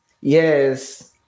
Yes